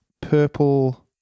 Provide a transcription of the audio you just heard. purple